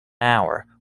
hour